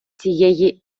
цієї